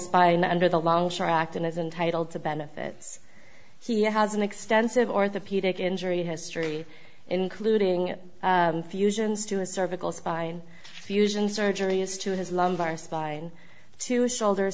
spine under the longshore act and is intitled to benefits he has an extensive orthopedic injury history including fusions to his cervical spine fusion surgery is to his lumbar spine to shoulder